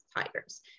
tigers